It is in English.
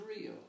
real